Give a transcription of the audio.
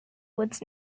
woods